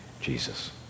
Jesus